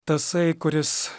tasai kuris